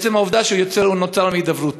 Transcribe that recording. מעצם העובדה שהוא נוצר מהידברות.